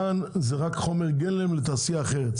כאן זה רק חומר גלם לתעשייה אחרת.